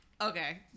Okay